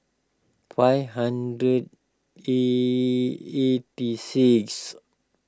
five hundred eighty six